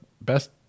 best